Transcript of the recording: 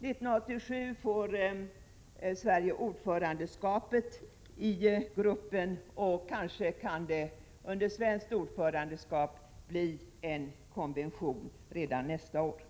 1987 får Sverige ordförandeskapet i gruppen, och kanske kan det under svenskt ordförandeskap bli en konvention redan nästa år.